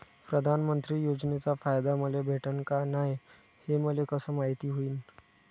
प्रधानमंत्री योजनेचा फायदा मले भेटनं का नाय, हे मले कस मायती होईन?